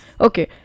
okay